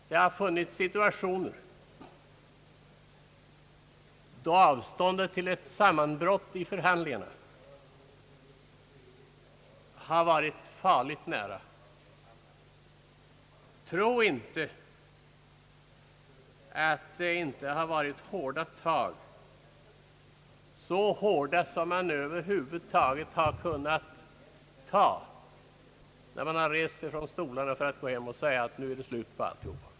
Det har funnits situationer då ett sammanbrott i förhandlingarna har varit farligt nära. Tro inte att det inte har varit hårda tag, så hårda som över huvud taget har kunnat tas, där man har varit beredd att nästan ge upp.